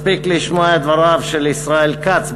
מספיק לשמוע את דבריו של ישראל כץ,